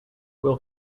will